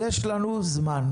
חברים, יש לנו זמן.